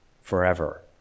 forever